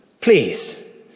Please